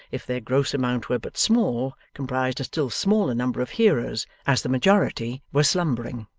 if their gross amount were but small, comprised a still smaller number of hearers, as the majority were slumbering.